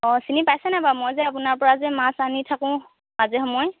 অ চিনি পাইছে নাই বাৰু মই যে আপোনাৰ পৰা যে মাছ আনি থাকোঁ মাজে সময়ে